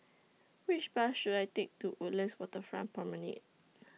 Which Bus should I Take to Woodlands Waterfront Promenade